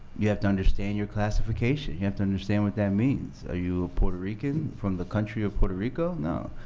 you have to understand your classification, you have to understand what that means. are you a puerto rican from the country of puerto rico? no.